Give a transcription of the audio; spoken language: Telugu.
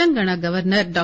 తెలంగాణా గవర్సర్ డా